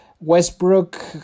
Westbrook